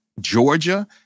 Georgia